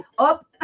up